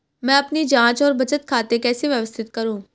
मैं अपनी जांच और बचत खाते कैसे व्यवस्थित करूँ?